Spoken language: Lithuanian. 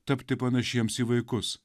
tapti panašiems į vaikus